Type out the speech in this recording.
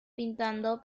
pintando